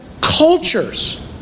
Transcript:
cultures